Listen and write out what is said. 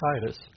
Titus